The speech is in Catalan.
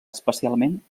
especialment